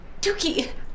Dookie